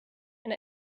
and